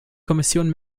kommission